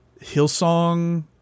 Hillsong